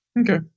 Okay